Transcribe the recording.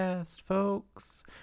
folks